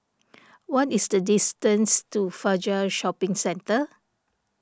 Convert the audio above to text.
what is the distance to Fajar Shopping Centre